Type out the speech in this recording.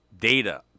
data